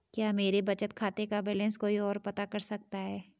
क्या मेरे बचत खाते का बैलेंस कोई ओर पता कर सकता है?